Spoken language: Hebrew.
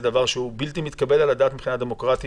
זה דבר בלתי מתקבל על הדעת מבחינה דמוקרטית.